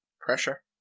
pressure